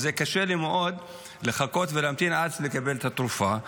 אז קשה לי מאוד לחכות ולהמתין עד שאני אקבל את התרופה.